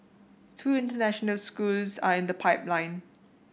two international schools are in the pipeline